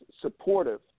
supportive